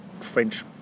French